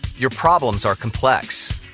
your problems are complex.